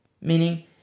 Meaning